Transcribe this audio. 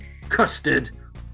custard